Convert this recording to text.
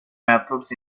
methods